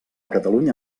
catalunya